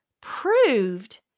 proved